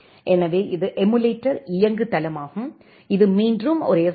எனவே இது எமுலேட்டர் இயங்குதளமாகும் இது மீண்டும் ஒரு எஸ்